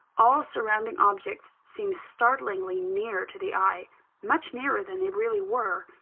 all surrounding objects seemed startlingly near to the eye much nearer than they really were.